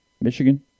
Michigan